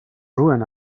ruin